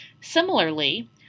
Similarly